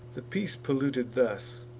the peace polluted thus,